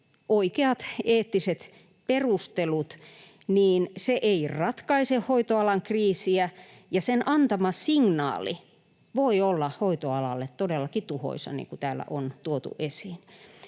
oikeat eettiset perustelut, niin se ei ratkaise hoitoalan kriisiä ja sen antama signaali voi olla hoitoalalle todellakin tuhoisa, niin kuin täällä on tuotu esiin.